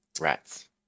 Rats